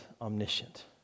omniscient